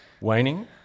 waning